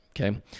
okay